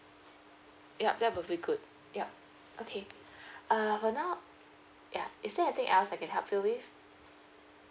yup that would be good yup okay err for now ya is there anything else I can help you with